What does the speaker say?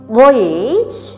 voyage